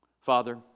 Father